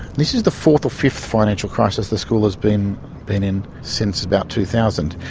this is the fourth or fifth financial crisis the school has been been in since about two thousand.